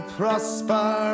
prosper